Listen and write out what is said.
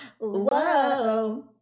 whoa